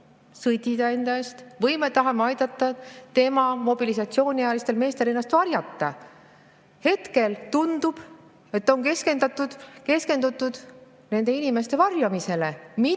sõdida enda eest või me tahame aidata tema mobilisatsiooniealistel meestel ennast varjata? Hetkel tundub, et on keskendutud nende inimeste varjamisele, mitte